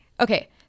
okay